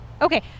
Okay